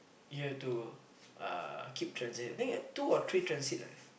you have to uh keep transit think at two or three transit ah